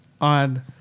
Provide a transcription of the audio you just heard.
on